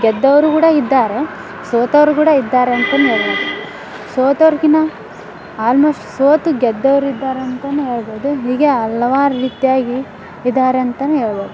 ಗೆದ್ದವರೂ ಕೂಡ ಇದ್ದಾರೆ ಸೋತವ್ರೂ ಕೂಡ ಇದ್ದಾರೆ ಅಂತನೇ ಹೇಳ್ಬೋದ್ ಸೋತವ್ರಕ್ಕಿಂತ ಆಲ್ಮೋಸ್ಟ್ ಸೋತು ಗೆದ್ದವ್ರಿದ್ದಾರೆ ಅಂತನೂ ಹೇಳ್ಬೋದು ಹೀಗೆ ಹಲವಾರು ರೀತಿಯಾಗಿ ಇದ್ದಾರೆ ಅಂತನೂ ಹೇಳ್ಬೋದ್